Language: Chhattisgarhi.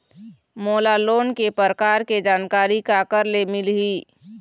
मोला लोन के प्रकार के जानकारी काकर ले मिल ही?